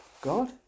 God